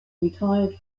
retired